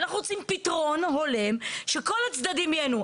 אנחנו רוצים פתרון הולם שכל הצדדים ייהנו.